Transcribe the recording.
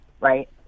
right